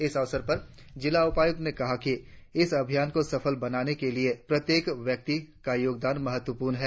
इस अवसर पर जिला उपायुक्त ने कहा कि इस अभियान को सफल बनाने के लिए प्रत्येक व्यक्ति का योगदान महत्वपूर्ण है